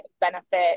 benefit